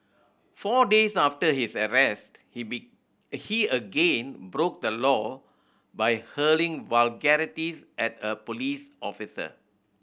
four days after his arrest he be he again broke the law by hurling vulgarities at a police officer